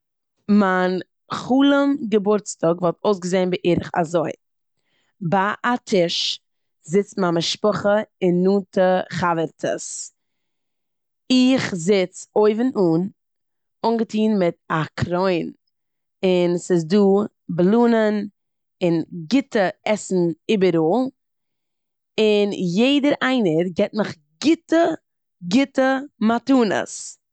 מייין חלום געבורטסטאג וואלט אויסגעזען בערך אזוי. ביי א טיש זיצט מיין משפחה און נאנטע חבר'טעס. איך זיץ אויוון אן, אנגעטון מיט א קרוין און ס'איז דא באלונען און גוטע עסן איבעראל און יעדער איינער גיבט מיר גוטע גוטע מתנות.